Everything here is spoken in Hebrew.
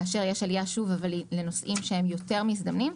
כאשר יש עלייה שוב אבל היא לנוסעים שהם יותר מזדמנים,